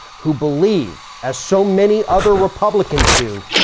who believe, as so many other republicans do,